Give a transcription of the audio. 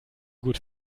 gut